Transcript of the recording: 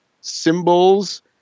symbols